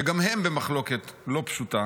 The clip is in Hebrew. שגם הם במחלוקת לא פשוטה